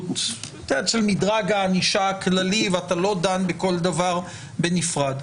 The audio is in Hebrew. של מדרג הענישה הכללי ואתה לא דן בכול דבר בנפרד.